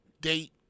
date